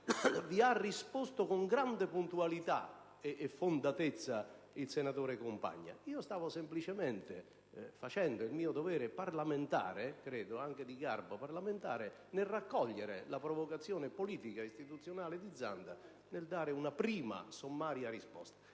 vi ha risposto con grande puntualità e fondatezza il senatore Compagna. Io stavo semplicemente facendo il mio dovere, anche di garbo parlamentare, nel raccogliere la provocazione politica e istituzionale del senatore Zanda, per dare una prima, sommaria risposta: